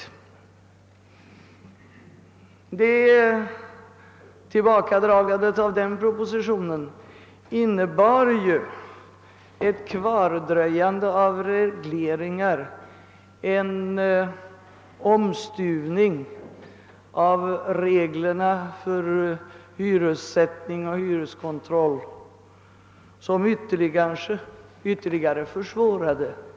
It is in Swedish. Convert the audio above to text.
Tillbakadragandet medförde ju ett kvardröjande av regleringar och en omstuvning av reglerna för hyressättning och hyreskontroll som kanhända ytterligare försvårade situationen.